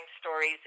stories